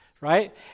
right